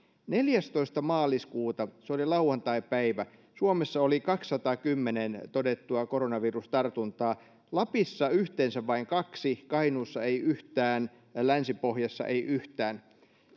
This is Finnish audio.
neljästoista maaliskuuta se oli lauantaipäivä suomessa oli kaksisataakymmentä todettua koronavirustartuntaa lapissa yhteensä vain kaksi kainuussa ei yhtään länsi pohjassa ei yhtään